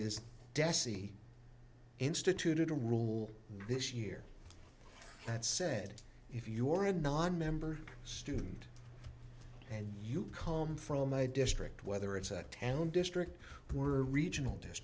is dessie instituted a rule this year that said if your a nonmember student and you come from a district whether it's a town district who are regional dish